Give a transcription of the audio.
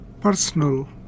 personal